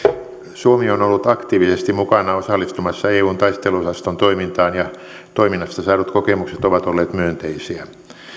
suomi on ollut aktiivisesti mukana osallistumassa eun taisteluosaston toimintaan ja toiminnasta saadut kokemukset ovat olleet myönteisiä